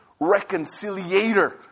reconciliator